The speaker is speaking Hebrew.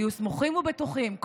היו סמוכים ובטוחים.